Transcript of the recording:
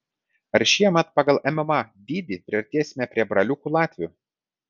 ar šiemet pagal mma dydį priartėsime prie braliukų latvių